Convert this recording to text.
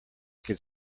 could